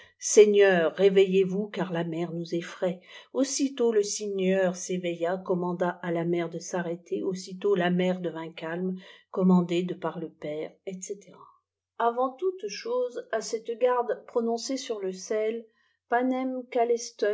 seigneur réveillez vous car la mer nous effraye aussitôt le seigneur s'éveilla commanda à la mer de s'arrêter aussitôt la mer devint calme commandé de par le père etc avant toutes choses à cette garde prononcez sur le sel ponem